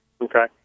Okay